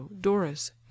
doris